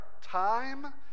time